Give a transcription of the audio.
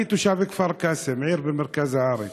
אני תושב כפר-קאסם, עיר במרכז הארץ.